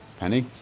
penny?